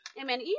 amen